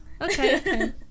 okay